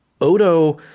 Odo